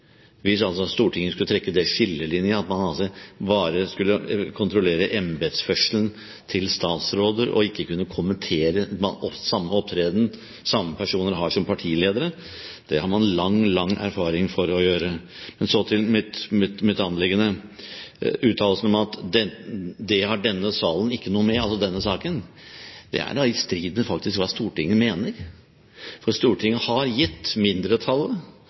hvis Stortinget skulle trekke skillelinjen at man bare skulle kontrollere embetsførselen til statsråder, og ikke kunne kommentere samme opptreden samme personer har som partiledere. Det har man lang erfaring for å gjøre. Så til mitt anliggende, uttalelsen om at det har denne salen ikke noe med, altså denne saken. Det er da faktisk i strid med hva Stortinget mener, for Stortinget har gitt mindretallet